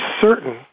certain